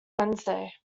wednesday